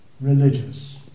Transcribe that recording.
religious